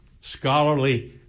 scholarly